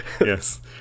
yes